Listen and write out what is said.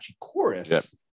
chorus